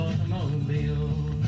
automobile